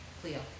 Cleo